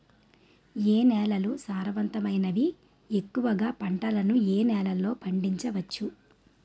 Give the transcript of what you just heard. ఏ నేలలు సారవంతమైనవి? ఎక్కువ గా పంటలను ఏ నేలల్లో పండించ వచ్చు?